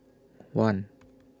one